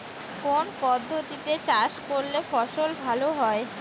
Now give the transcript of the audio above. কোন পদ্ধতিতে চাষ করলে ফসল ভালো হয়?